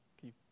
keep